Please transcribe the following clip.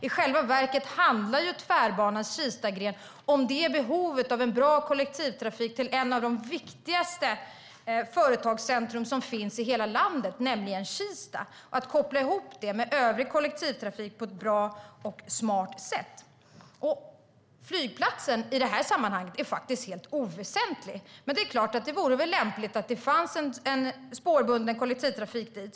I själva verket handlar Tvärbanans Kistagren om behovet av en bra kollektivtrafik till ett av landets viktigaste företagscentrum, nämligen Kista, och om att koppla ihop det med övrig kollektivtrafik på ett bra och smart sätt. Flygplatsen är faktiskt helt oväsentlig i det här sammanhanget, men det är klart att det vore lämpligt med spårbunden kollektivtrafik dit.